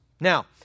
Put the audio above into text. Now